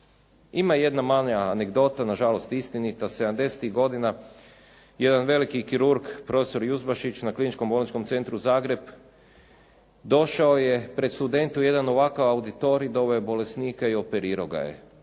Ima jedna mala anegdota, nažalost istinita, '70.-tih godina jedan veliki kirurg, profesor Juzbašić na Kliničkom bolničkom centru Zagreb došao je pred studente u jedan ovakav auditorij, doveo je bolesnika i operirao kao